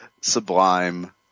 sublime